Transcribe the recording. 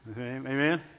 Amen